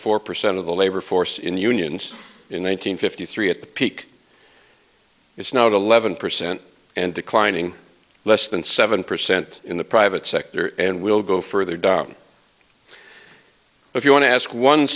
four percent of the labor force in unions in one nine hundred fifty three at the peak it's not eleven percent and declining less than seven percent in the private sector and we'll go further down if you want to ask one